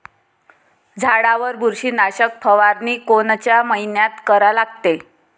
झाडावर बुरशीनाशक फवारनी कोनच्या मइन्यात करा लागते?